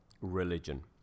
religion